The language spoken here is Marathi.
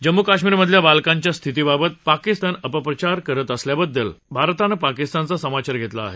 जम्मू कश्मीरमधल्या बालकांच्या स्थितीबाबत पाकिस्तान अपप्रचार करत असल्याबद्दल भारतानं पाकिस्तानचा समाचार घेतला आहे